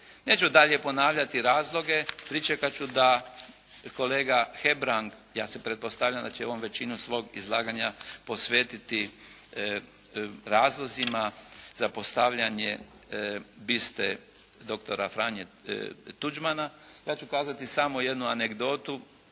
Neću dalje ponavljati razloge, pričekat ću da kolega Hebrang, ja se pretpostavljam da će on većinu svog izlaganja posvetiti razlozima za postavljanje biste doktora Franje Tuđmana. Ja ću kazati samo jednu anegdotu,